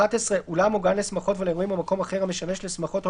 (11) אולם או גן לשמחות ולאירועים או מקום אחר המשמש לשמחות או